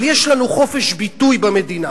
אבל יש לנו חופש ביטוי במדינה,